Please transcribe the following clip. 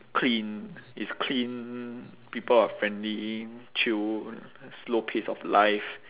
clean it's clean people are friendly chill slow pace of life